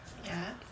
ya